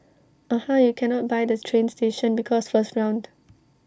aha you cannot buy the train station because first round